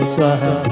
Swaha